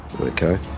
Okay